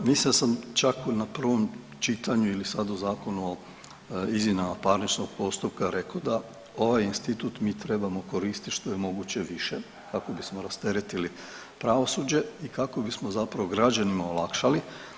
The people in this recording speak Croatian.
Mislim da sam čak na prvom čitanju ili sad u Zakonu o izmjenama parničnog postupka rekao da ovaj institut mi trebamo koristiti što je moguće više kako bismo rasteretili pravosuđe i kako bismo zapravo građanima olakšali.